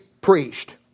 priest